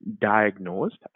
diagnosed